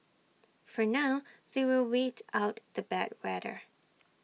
for now they will wait out the bad weather